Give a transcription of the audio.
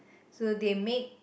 so they make